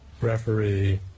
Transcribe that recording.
referee